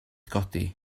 godi